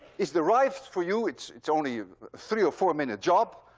is derived for you. it's it's only a three or four-minute job,